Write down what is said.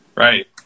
Right